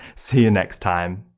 see you next time!